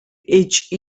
each